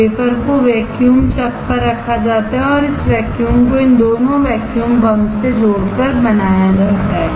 wafer को vacuum chuck पर रखा जाता है और इस वैक्यूम को इन दोनों वैक्यूम पंप से जोड़कर बनाया जाता है